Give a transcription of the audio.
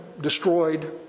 destroyed